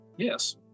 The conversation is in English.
Yes